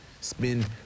spend